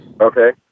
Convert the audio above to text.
Okay